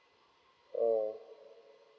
mm